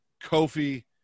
Kofi